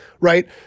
right